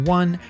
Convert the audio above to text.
one